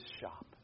shop